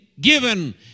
given